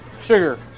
sugar